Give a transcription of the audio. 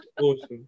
awesome